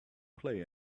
play